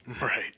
Right